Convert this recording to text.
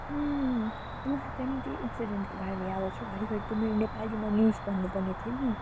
मलाई त नि त्यही इन्सिडेन्टको बारेमा याद अउँछ हौ घरिघरि त्यो मेरो नेपालीमा न्युज भन्नु पर्ने थियो नि